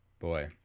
Boy